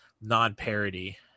non-parody